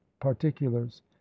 particulars